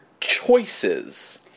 choices